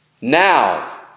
now